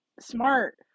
smart